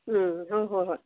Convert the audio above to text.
ꯎꯝ ꯍꯣꯏ ꯍꯣꯏ ꯍꯣꯏ